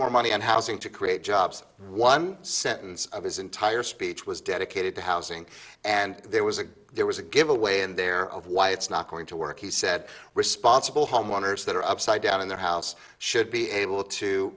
more money on housing to create jobs one sentence of his entire speech was dedicated to housing and there was a there was a giveaway in there of why it's not going to work he said responsible homeowners that are upside down in their house should be able to